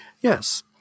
Yes